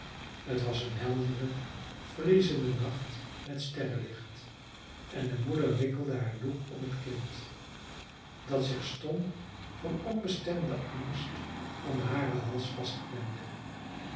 het was een heldere vriezende nacht met sterrenlicht en de moeder wikkelde haar doek om het kind dat zich stom van onbestemden angst om haren hals vastklemde